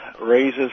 raises